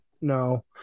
no